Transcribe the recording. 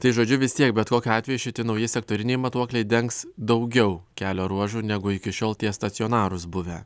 tai žodžiu vis tiek bet kokiu atveju šitie nauji sektoriniai matuokliai dengs daugiau kelio ruožų negu iki šiol tie stacionarūs buvę